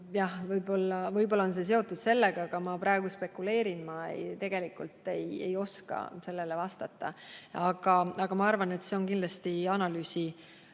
võib-olla on see seotud sellega. Aga ma praegu spekuleerin, ma tegelikult ei oska sellele vastata. Aga ma arvan, et see on kindlasti analüüsi